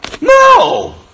No